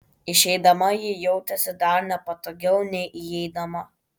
išeidama ji jautėsi dar nepatogiau nei įeidama